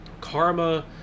karma